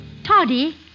Toddy